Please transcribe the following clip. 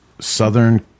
Southern